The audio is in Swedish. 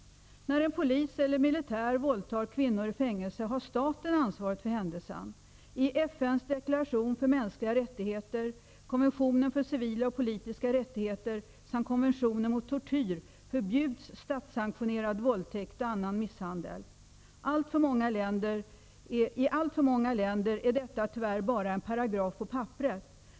När en polis eller militär våldtar kvinnor i fängelse har staten ansvar för händelsen. I FN:s deklaration om mänskliga rättigheter, konventionen om civilaoch politiska rättigheter samt konventionen om tortyr förbjuds statssanktionerad våldtäkt och annan misshandel. I alltför många länder är detta tyvärr bara en paragraf på papperet.